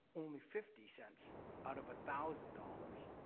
only fifty cents out of a thousand dollars